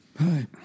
Hi